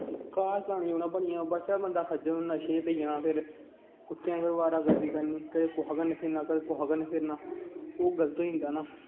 घर चलाने जोगा बनी जा बाद चां बंदा खज्जल नशे ते जां फिर कुत्तें आंगर आवारगर्दी करनी कदें कुहा कन्नै फिरना कदें कैहा कन्ने फिरना ओह् गलत होई जंदा ना